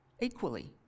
Equally